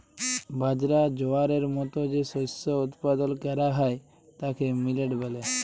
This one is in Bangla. বাজরা, জয়ারের মত যে শস্য উৎপাদল ক্যরা হ্যয় তাকে মিলেট ব্যলে